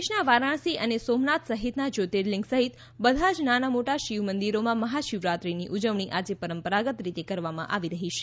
દેશના વારાણસી અને સોમનાથ સહિતના જયોતિર્લીંગ સહિત બધા જ નાના મોટા શિવ મંદિરોમાં મહાશિવરાત્રીની ઉજવણી આજે પરંપરાગત રીતે કરવામાં આવી રહી છે